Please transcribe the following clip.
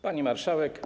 Pani Marszałek!